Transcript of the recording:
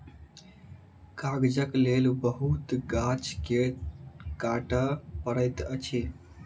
कागजक लेल बहुत गाछ के काटअ पड़ैत अछि